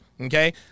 Okay